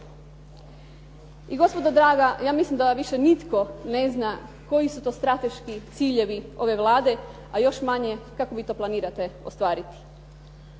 I gospodo draga ja mislim da više nitko ne zna koji su to strateški ciljevi ove Vlade, a još manje kako vi to planirate ostvariti.